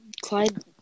Clyde